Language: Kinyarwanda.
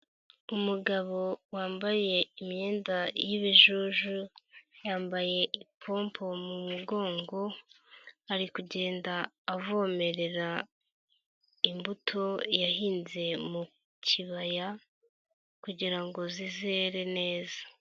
Umugabo wambaye imyenda y'ibijuju yambaye ipompu mu mugongo, ari kugenda avomerera imbuto yahinze mu kibaya kugira ngo zizere neza.